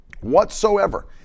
whatsoever